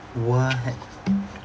what